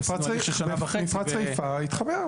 מפרץ חיפה יתחבר.